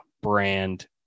brand